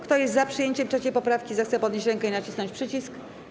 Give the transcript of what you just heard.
Kto jest za przyjęciem 3. poprawki, zechce podnieść rękę i nacisnąć przycisk.